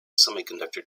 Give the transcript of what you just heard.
semiconductor